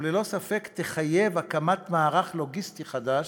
וללא ספק תחייב הקמת מערך לוגיסטי חדש,